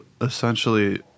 essentially